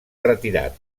retirat